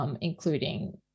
including